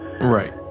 Right